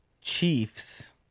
Chiefs